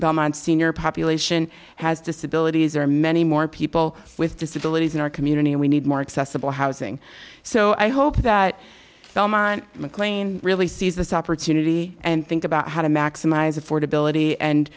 of senior population has disabilities or many more people with disabilities in our community and we need more accessible housing so i hope that mclean really sees this opportunity and think about how to maximize affordability and